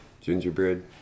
Gingerbread